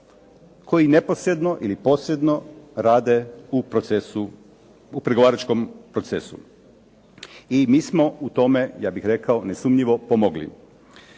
koji neposredno ili posredno rade u pregovaračkom procesu. I mi smo u tome ja bih rekao nesumnjivo pomogli.